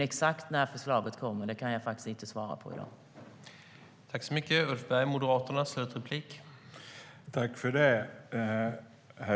Exakt när förslaget kommer kan jag inte svara på i dag.